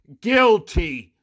guilty